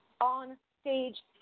on-stage